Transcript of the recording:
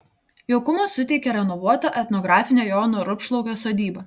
jaukumo suteikia renovuota etnografinė jono rupšlaukio sodyba